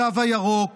התו הירוק